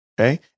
Okay